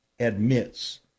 admits